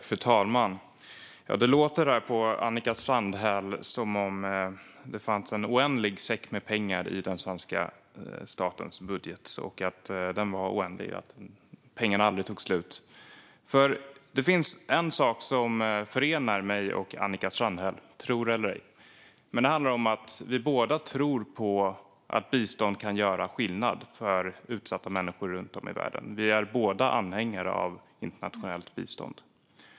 Fru talman! På Annika Strandhäll låter det som att den svenska statens säck med pengar är oändlig. Det finns faktiskt en sak som förenar mig och Annika Strandhäll, tro det eller ej, och det är att vi båda tror att bistånd kan göra skillnad för utsatta människor runt om i världen. Vi är båda anhängare av internationellt bistånd.